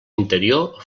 interior